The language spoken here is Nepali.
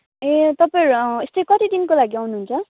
ए तपाईंहरू यस्तै कति दिनको लागि आउनुहुन्छ